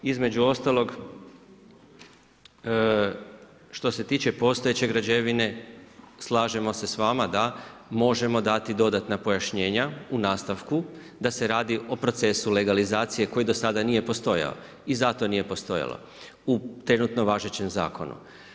Između ostalog što se tiče postojeće građevine, slažemo se s vama, da možemo dati dodatna pojašnjenja u nastavku da se radi o procesu legalizacije koji do sada nije postojao i zato nije postojalo u trenutno važećem zakonu.